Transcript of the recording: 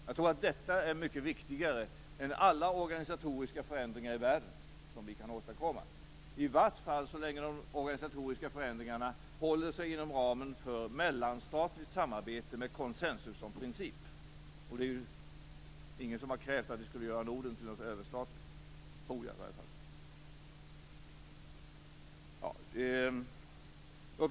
Jag tror att detta är mycket viktigare än alla organisatoriska förändringar i världen som vi kan åstadkomma, i vart fall så länge de organisatoriska förändringarna håller sig inom ramen för mellanstatligt samarbete med konsensus som princip. Det är ingen som har krävt att vi skulle göra Norden till något överstatligt, tror jag i alla fall.